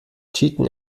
cheaten